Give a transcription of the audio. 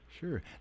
Sure